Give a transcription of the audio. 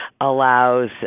allows